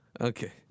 Okay